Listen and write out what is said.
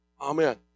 Amen